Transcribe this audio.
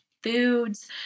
foods